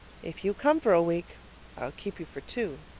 if you come for a week i'll keep you for two,